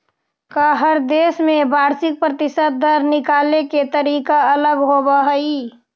का हर देश में वार्षिक प्रतिशत दर निकाले के तरीका अलग होवऽ हइ?